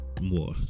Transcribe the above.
more